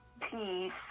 peace